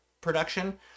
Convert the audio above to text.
production